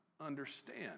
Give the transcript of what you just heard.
understand